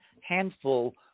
handful